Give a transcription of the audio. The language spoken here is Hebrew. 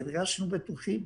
הרגשנו בטוחים.